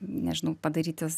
nežinau padaryti